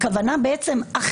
היא כוונה אחרת.